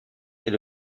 est